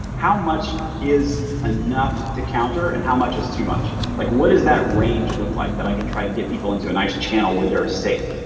how much is enough to counter and how much is too much? like what does that range look like that i can try and get people into a nice channel where they're safe.